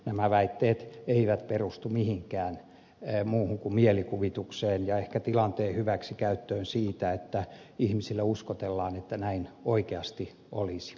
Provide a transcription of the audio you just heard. nämä väitteet eivät perustu mihinkään muuhun kuin mielikuvitukseen ja ehkä tilanteen hyväksikäyttöön siitä että ihmisille uskotellaan että näin oikeasti olisi